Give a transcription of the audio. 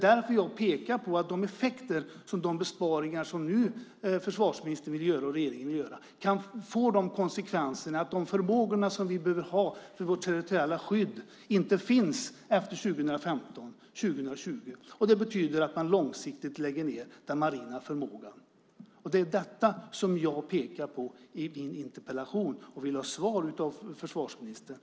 Därför pekar jag på att de besparingar som försvarsministern och regeringen vill göra får de konsekvenserna att de förmågor som vi behöver för vårt territoriella skydd inte finns efter 2015-2020. Det betyder att man långsiktigt lägger ned den marina förmågan. Det är det jag pekar på i min interpellation och vill ha svar på av försvarsministern.